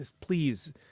please